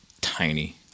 tiny